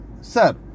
Sir